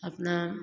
अपना